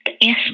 Yes